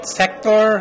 sector